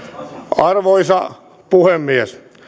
arvoisa puhemies